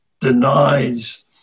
denies